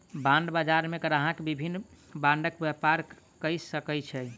bond बजार मे ग्राहक विभिन्न बांडक व्यापार कय सकै छै